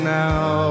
now